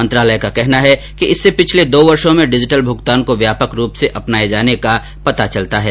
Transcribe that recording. मंत्रालय का कहना है कि इससे पिछले दो वर्षो में डिजिटल भूगतान को व्यापक रूप से अपनाये जाने का पता चलता है